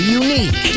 unique